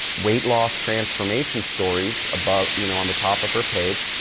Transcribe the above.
weight loss transformation stories above you know, on the top of her page.